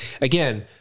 Again